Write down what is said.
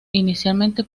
inicialmente